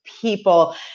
people